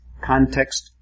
Context